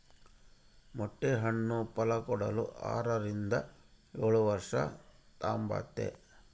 ಮೊಟ್ಟೆ ಹಣ್ಣು ಫಲಕೊಡಲು ಆರರಿಂದ ಏಳುವರ್ಷ ತಾಂಬ್ತತೆ